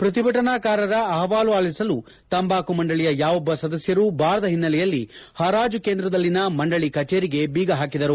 ಪ್ರತಿಭಟನಾಕಾರರ ಅಹವಾಲು ಆಲಿಸಲು ತಂಬಾಕು ಮಂಡಳಿಯ ಯಾವೊಬ್ಬ ಸದಸ್ಯರೂ ಬಾರದ ಹಿನ್ನೆಲೆಯಲ್ಲಿ ಹರಾಜು ಕೇಂದ್ರದಲ್ಲಿನ ಮಂಡಳಿ ಕಚೇರಿಗೆ ಬೀಗ ಹಾಕಿದರು